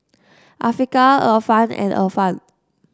Afiqah Irfan and Irfan